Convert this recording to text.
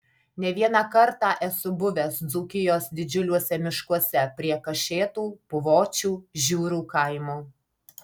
ne vieną kartą esu buvęs dzūkijos didžiuliuose miškuose prie kašėtų puvočių žiūrų kaimų